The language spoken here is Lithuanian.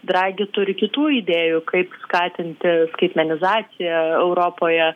dragi turi kitų idėjų kaip skatinti skaitmenizaciją europoje